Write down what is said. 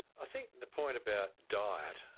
i think the point about diet,